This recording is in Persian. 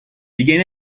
دیگه